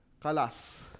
kalas